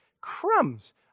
Crumbs